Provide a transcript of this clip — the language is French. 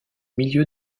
milieu